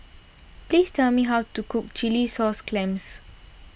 Please tell me how to cook Chilli Sauce Clams